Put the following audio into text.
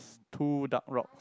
two dark rocks